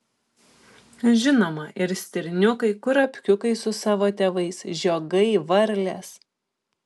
žinoma ir stirniukai kurapkiukai su savo tėvais žiogai varlės